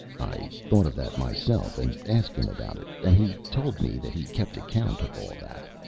i thought of that myself, and asked him about it, and he told me that he kept account of all that,